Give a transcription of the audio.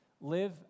live